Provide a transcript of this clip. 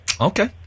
Okay